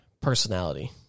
Personality